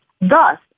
Thus